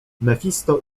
mefisto